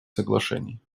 соглашений